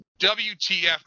WTF